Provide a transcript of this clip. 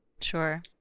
Sure